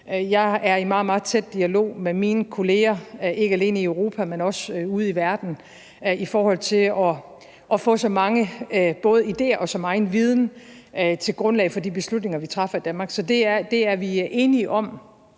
meget, meget tæt dialog med mine kolleger, ikke alene i Europa, men også ude i verden, i forhold til at få både så mange ideer og så meget viden som muligt til grundlag for de beslutninger, som vi træffer i Danmark. Så det er vi enige om.